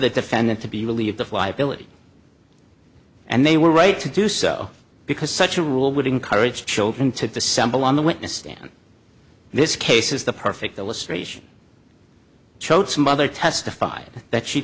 the defendant to be relieved of liability and they were right to do so because such a rule would encourage children to dissemble on the witness stand this case is the perfect illustration choate's mother testified that she